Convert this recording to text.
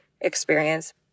experience